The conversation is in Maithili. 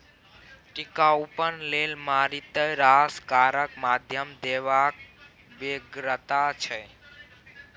टिकाउपन लेल मारिते रास कारक पर ध्यान देबाक बेगरता छै